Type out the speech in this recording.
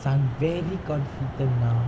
sun very confident now